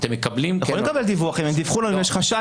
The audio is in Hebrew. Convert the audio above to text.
יכולים לקבל דיווח, אם הם דיווחו לנו, יש חשד.